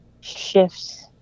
shifts